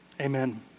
Amen